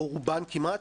או רובן למשל,